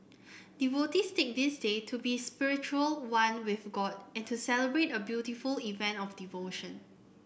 devotees take this day to be spiritually one with god and to celebrate a beautiful event of devotion